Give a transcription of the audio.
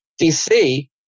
DC